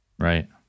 Right